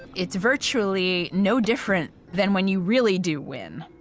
it virtually no different than when you really do win